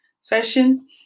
session